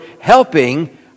helping